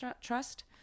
trust